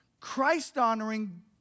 Christ-honoring